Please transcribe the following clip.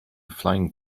flying